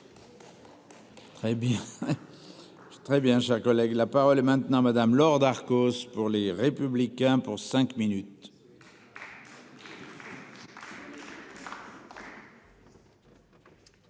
Très bien. Très bien, cher collègue, la parole est maintenant madame Laure Darcos pour les républicains pour cinq minutes.